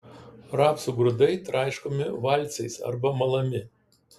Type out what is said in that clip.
rapsų grūdai traiškomi valcais arba malami